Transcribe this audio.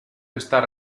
estar